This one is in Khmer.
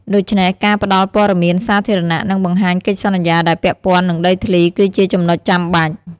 ដូច្នេះការផ្ដល់ព័ត៌មានសាធារណៈ និងបង្ហាញកិច្ចសន្យាដែលពាក់ព័ន្ធនឹងដីធ្លីគឺជាចំណុចចាំបាច់។